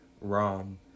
wrong